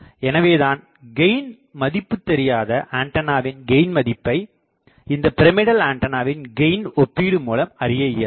எனவேதான் கெயின் மதிப்பு தெரியாத ஆண்டனாவின் கெயின்மதிப்பை இந்தப் பிரமிடல் ஆண்டனாவின் கெயின் ஒப்பீடு மூலம் அறியஇயலும்